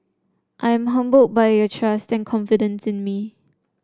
I am humbled by your trust and confidence in me